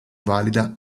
valida